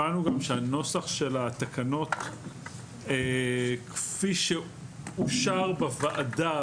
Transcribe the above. הבנו גם שהנוסח של התקנות כפי שאושר בוועדה,